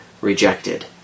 rejected